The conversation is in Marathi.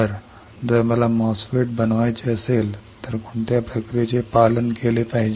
तर जर मला MOSFET बनवायचे असेल तर कोणत्या प्रक्रियेचे पालन केले पाहिजे